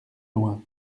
loin